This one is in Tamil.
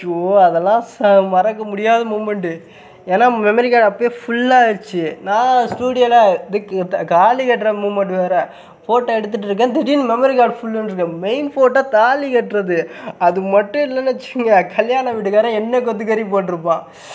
அச்சோ அதெல்லாம் மறக்க முடியாத மூமெண்டு ஏன்னா மெமரி கார்டு அப்படியே ஃபுல்லாக ஆகிடுச்சு நான் ஸ்டூடியோவில் தாலிக்கட்டுற மூமெண்ட் வேறு ஃபோட்டோ எடுத்துட்டு இருக்கேன் திடீர்னு மெமரி கார்டு ஃபுல்லுனு இருக்குது மெயின் ஃபோட்டோ தாலிக்கட்டுறது அது மட்டும் இல்லைன்னு வெச்சிக்கோங்க கல்யாண வீட்டுக்காரன் என்னை கொத்துக்கறி போட்டுருப்பான்